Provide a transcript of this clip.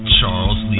Charles